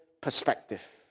perspective